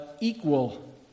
equal